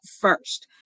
first